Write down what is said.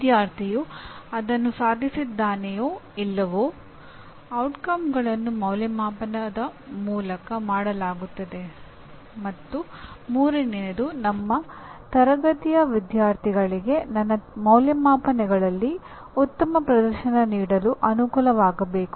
ವಿದ್ಯಾರ್ಥಿಯು ಅದನ್ನು ಸಾಧಿಸಿದ್ದಾನೆಯೋ ಇಲ್ಲವೋ ಪರಿಣಾಮಗಳನ್ನು ಅಂದಾಜುವಿಕೆಯ ಮೂಲಕ ಮಾಡಲಾಗುತ್ತದೆ ಮತ್ತು ಮೂರನೆಯದು ನನ್ನ ತರಗತಿಯ ವಿದ್ಯಾರ್ಥಿಗಳಿಗೆ ನನ್ನ ಅಂದಾಜುವಿಕೆಗಳಲ್ಲಿ ಉತ್ತಮ ಪ್ರದರ್ಶನ ನೀಡಲು ಅನುಕೂಲವಾಗಬೇಕು